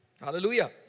Hallelujah